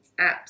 apps